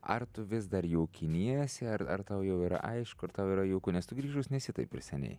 ar tu vis dar jaukiniesi ar ar tau jau yra aišku ir tau yra jauku nes tu grįžus nesi taip ir seniai